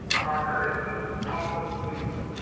our area census office leasing.